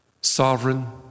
sovereign